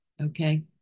okay